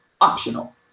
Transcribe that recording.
optional